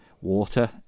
water